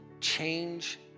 change